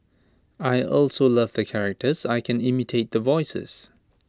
I also love the characters I can imitate the voices